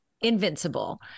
Invincible